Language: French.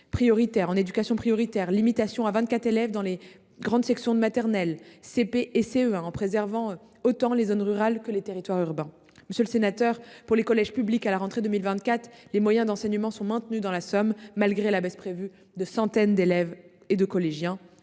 en éducation prioritaire et limitation à 24 élèves en grande section de maternelle, CP et CE1, en préservant autant les zones rurales que les territoires urbains. Pour les collèges publics, à la rentrée 2024, les moyens d’enseignement sont maintenus dans la Somme, malgré la baisse prévue de centaines d’élèves, notamment collégiens.